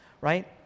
right